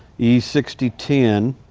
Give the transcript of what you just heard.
e sixty ten,